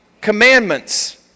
commandments